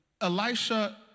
Elisha